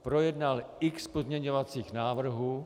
Projednal x pozměňovacích návrhů.